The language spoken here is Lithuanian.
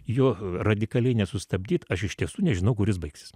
jo radikaliai nesustabdyt aš iš tiesų nežinau kur jis baigsis